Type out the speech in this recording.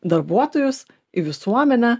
darbuotojus į visuomenę